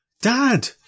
Dad